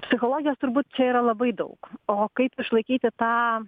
psichologijos turbūt čia yra labai daug o kaip išlaikyti tą